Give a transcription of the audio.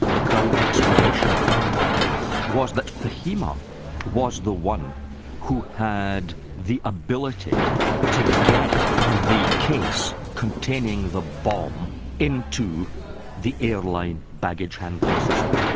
the crown explanation of lockerbie was that fahima was the one who had the ability to get the case containing the bomb into the airline baggage handling system,